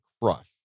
crush